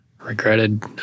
regretted